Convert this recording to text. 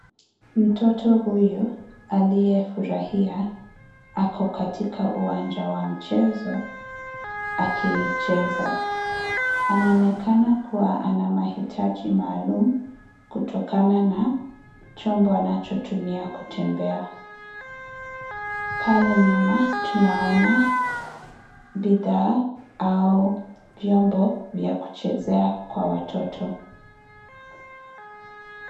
Mtoto huyu, aliyefurahia, ako katika uwanja wa michezo akicheza. Anaonekana kuwa ana mahitaji maalum kutokana na chombo anachotumia kutembea. Pale nyuma, tunaona bidhaa au vyombo vya kuchezea kwa watoto.